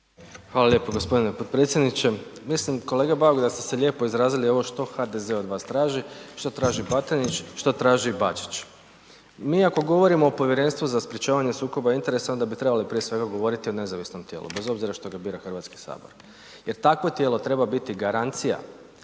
Hvala lijepo g. potpredsjedniče. Mislim kolega Bauk da ste se lijepo izrazili ovo što HDZ od vas traži, šta traži Batinić, šta traži Bačić. Mi ako govorimo o Povjerenstvu za sprječavanje sukoba interesa onda bi trebali prije svega govoriti o nezavisnom tijelu bez obzira što ga biti HS jer takvo tijelo treba biti garancija